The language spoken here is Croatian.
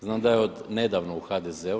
Znam da je od nedavno u HDZ-u.